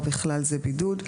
ובכלל זה בידוד.